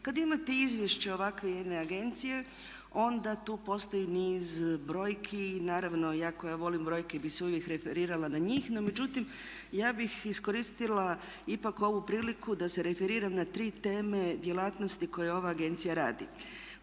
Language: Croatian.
Kad imate izvješće ovakve jedne agencije onda tu postoji niz brojki. Naravno iako ja volim brojke i bi se uvijek referirala na njih no međutim ja bih iskoristila ipak ovu priliku da se referiram na tri teme djelatnosti koje ove agencija radi.